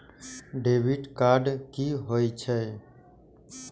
Debit card की होय छे?